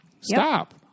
stop